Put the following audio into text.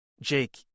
Jake